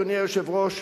אדוני היושב-ראש,